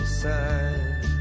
side